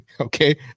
Okay